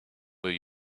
will